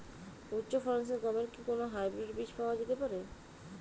উচ্চ ফলনশীল গমের কি কোন হাইব্রীড বীজ পাওয়া যেতে পারে?